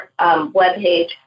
webpage